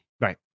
Right